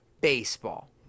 baseball